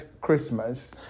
Christmas